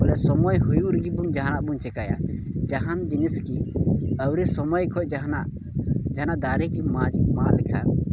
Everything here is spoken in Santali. ᱥᱚᱢᱚᱭ ᱦᱩᱭᱩᱜ ᱨᱮᱜᱮ ᱵᱚᱱ ᱡᱟᱱᱟᱜ ᱵᱚᱱ ᱪᱤᱠᱟᱹᱭᱟ ᱡᱟᱦᱟᱱ ᱡᱤᱱᱤᱥ ᱜᱮ ᱟᱹᱣᱨᱤ ᱥᱚᱢᱚᱭ ᱠᱷᱚᱱᱟᱜ ᱡᱟᱦᱟᱱᱟᱜ ᱡᱟᱦᱟᱱᱟᱜ ᱫᱟᱨᱮ ᱜᱮ ᱢᱟᱡᱽ ᱢᱟᱜ ᱞᱮᱠᱷᱟᱱ